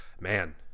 Man